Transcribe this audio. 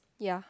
ya